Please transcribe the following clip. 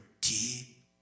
deep